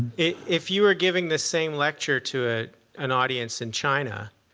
if you were giving this same lecture to ah an audience in china,